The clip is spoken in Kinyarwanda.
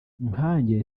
nkanjye